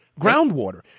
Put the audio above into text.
groundwater